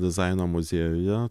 dizaino muziejuje